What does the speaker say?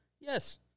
Yes